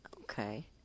Okay